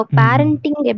parenting